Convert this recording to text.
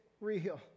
real